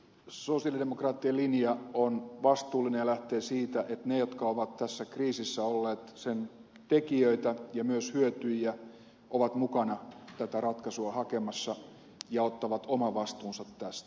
sosialidemokraattien linja on vastuullinen ja lähtee siitä että ne jotka ovat tässä kriisissä olleet sen tekijöitä ja myös hyötyjiä ovat mukana tätä ratkaisua hakemassa ja ottavat oman vastuunsa tästä